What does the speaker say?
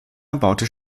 erbaute